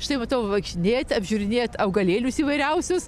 štai matau vaikštinėjat apžiūrinėjat augalėlius įvairiausius